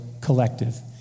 collective